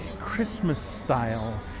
Christmas-style